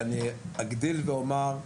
ואני אגדיל ואומר,